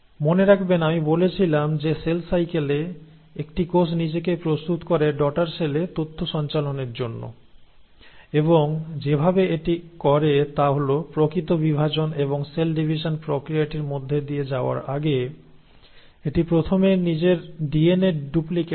মনে রাখবেন আমি বলেছিলাম যে সেল সাইকেলে একটি কোষ নিজেকে প্রস্তুত করে ডটার সেলে তথ্য সঞ্চালনের জন্য এবং যেভাবে এটি করে তা হল প্রকৃত বিভাজন এবং সেল ডিভিশন প্রক্রিয়াটির মধ্যে দিয়ে যাওয়ার আগে এটি প্রথমে নিজের ডিএনএ ডুবলিকেট করে